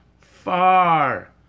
far